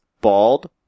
Bald